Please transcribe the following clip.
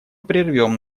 прервем